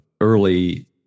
early